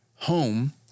Home